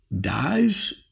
dies